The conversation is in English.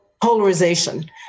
polarization